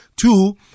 Two